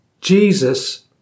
Jesus